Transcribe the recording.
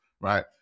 right